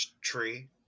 tree